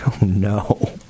no